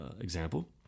example